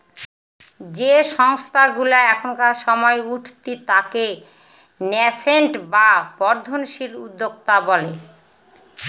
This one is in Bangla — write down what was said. যে সংস্থাগুলা এখনকার সময় উঠতি তাকে ন্যাসেন্ট বা বর্ধনশীল উদ্যোক্তা বলে